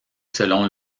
selon